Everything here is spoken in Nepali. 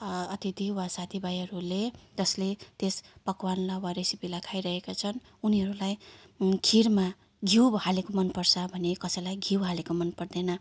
अतिथि वा साथीभाइहरूले जसले त्यस पकवानलाई वा रेसिपीलाई खाइरहेका छन् उनीहरूलाई खिरमा घिउ हालेको मनपर्छ भने कसैलाई घिउ हालेको मनपर्दैन